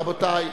רבותי.